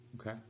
Okay